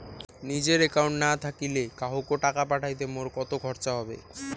নিজের একাউন্ট না থাকিলে কাহকো টাকা পাঠাইতে মোর কতো খরচা হবে?